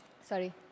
sorry